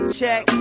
check